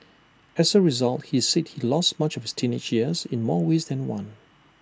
as A result he said he lost much of teenage years in more ways than one